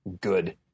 good